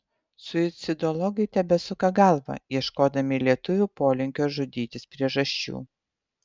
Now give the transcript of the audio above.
suicidologai tebesuka galvą ieškodami lietuvių polinkio žudytis priežasčių